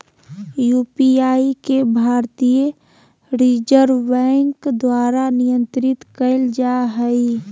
UPI के भारतीय reserve bank द्वारा नियंत्रित कइल जा हइ